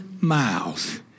miles